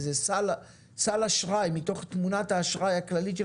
איזה סל אשראי מתוך תמונת האשראי הכללית של